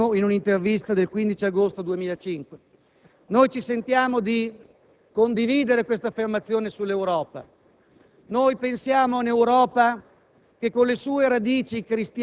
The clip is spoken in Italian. Papa Benedetto XVI, in un'intervista del 15 agosto 2005. Noi ci sentiamo di condividere quest'affermazione sull'Europa; noi pensiamo a un'Europa